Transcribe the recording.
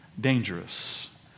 dangerous